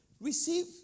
Receive